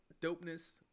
dopeness